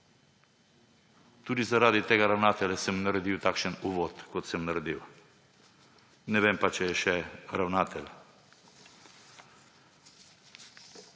Tudi zaradi tega ravnatelja sem naredil takšen uvod, kot sem naredil, ne vem pa, ali je še ravnatelj.